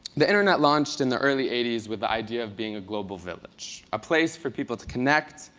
the internet launched in the early eighty s with the idea of being a global village, a place for people to connect,